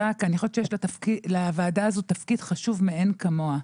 כי אני חושבת שיש לוועדה הזו תפקיד חשוב מאין כמוהו,